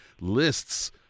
lists